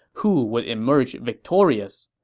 who would emerge victorious?